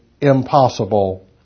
impossible